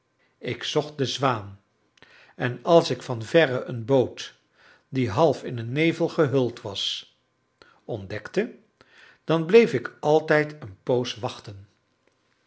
ik zocht de zwaan en als ik van verre een boot die half in een nevel gehuld was ontdekte dan bleef ik altijd een poos wachten